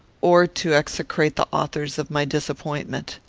or to execrate the authors of my disappointment.